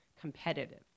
competitive